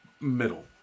middle